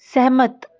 ਸਹਿਮਤ